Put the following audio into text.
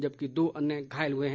जबकि दो अन्य घायल हुए हैं